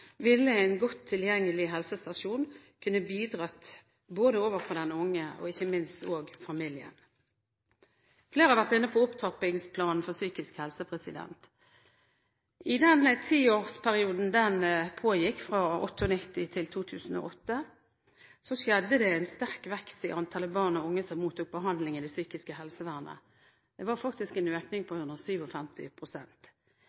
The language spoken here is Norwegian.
en godt tilgjengelig helsestasjon kunne bidratt både overfor den unge og ikke minst overfor familien. Flere har vært inne på Opptrappingsplanen for psykisk helse. I den tiårsperioden, fra 1998 til 2008, skjedde det en sterk vekst i antallet barn og unge som mottok behandling i det psykiske helsevesenet. Det var faktisk en økning på